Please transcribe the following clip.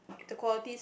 the quality